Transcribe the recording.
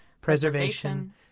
preservation